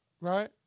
right